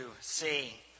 see